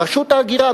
רשות ההגירה,